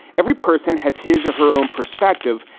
every person has his or her own perspective,